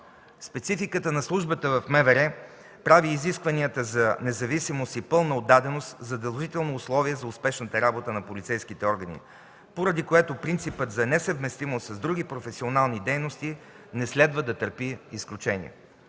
Спецификата на службата в МВР прави изискванията за независимост и пълна отдаденост задължително условие за успешната работа на полицейските органи, поради което принципът за несъвместимост с други професионални дейности не следва да търпи изключение.